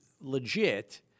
legit